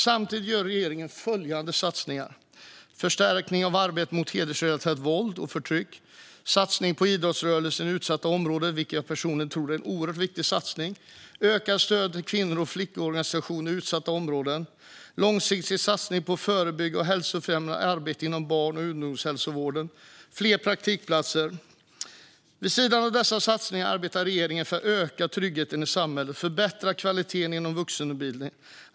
Samtidigt gör regeringen följande satsningar: förstärkning av arbetet mot hedersrelaterat våld och förtryck en satsning på idrottsrörelsen i utsatta områden, vilket jag personligen tror är oerhört viktigt ökat stöd till kvinnors och flickors organisering i utsatta områden en långsiktig satsning på förebyggande och hälsofrämjande arbete inom barn och ungdomshälsovården fler praktikplatser. Vid sidan av dessa satsningar arbetar regeringen för att öka tryggheten i samhället och förbättra kvaliteten inom vuxenutbildningen.